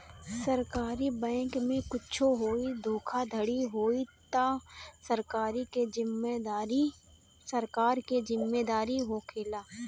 सरकारी बैंके में कुच्छो होई धोखाधड़ी होई तअ सरकार के जिम्मेदारी होखेला